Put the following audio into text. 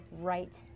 right